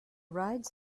rides